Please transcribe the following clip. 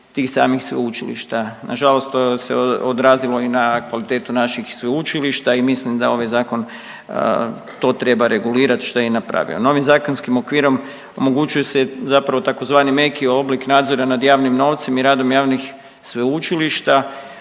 tih samih sveučilišta. Nažalost to se odrazilo i na kvalitetu naših sveučilišta i mislim da ovaj zakon to treba regulirati, što je i napravio. Novim zakonskim okvirom omogućuje se zapravo tzv. meki oblik nadzora nad javnim novcem i radom javnih sveučilišta,